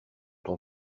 ton